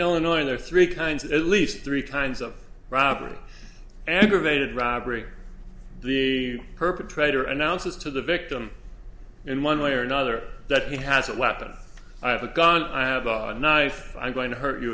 illinois there are three kinds of at least three times of robbery aggravated robbery the perpetrator announces to the victim in one way or another that he has a weapon i have a gun i have a knife i'm going to hurt you